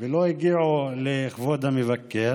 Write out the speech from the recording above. ולא הגיעו לכבוד המבקר,